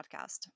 podcast